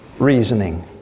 reasoning